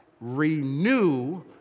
renew